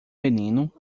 menino